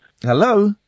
Hello